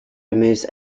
removes